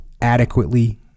adequately